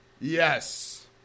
Yes